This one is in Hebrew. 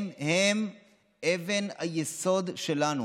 הם אבן היסוד שלנו,